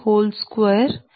4832 4